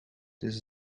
this